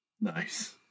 Nice